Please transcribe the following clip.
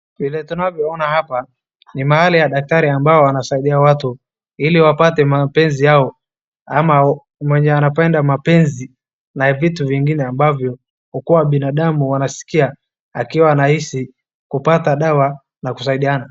Vile tunavyoona hapa ni mahali ya daktari ambao wanasaidia watu ili wapate mapenzi yao ama mwenye anapenda mapenzi na vitu vingine ambavyo hukuwa binadamu wanasikia akiwa rahisi kupata dawa na kusaidiana.